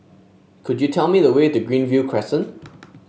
could you tell me the way to Greenview Crescent